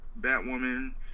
Batwoman